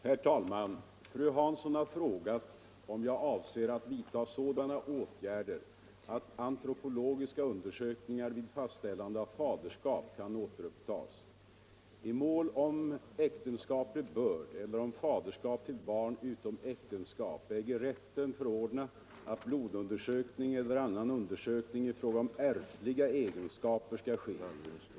Herr talman! Fru Hansson har frågat om jag avser att vidta sådana åtgärder att antropologiska undersökningar vid fastställande av faderskap kan återupptas. I mål om äktenskaplig börd eller om faderskap till barn utom äktenskap äger rätten förordna att blodundersökning eller annan undersökning i fråga om ärftliga egenskaper skall ske.